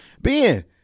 Ben